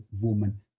woman